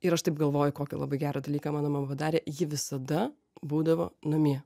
ir aš taip galvoju kokį labai gerą dalyką mano mama darė ji visada būdavo namie